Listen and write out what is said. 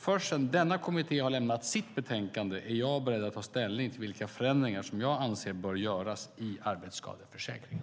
Först sedan denna kommitté lämnat sitt betänkande är jag beredd att ta ställning till vilka förändringar som jag anser bör göras i arbetsskadeförsäkringen.